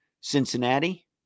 Cincinnati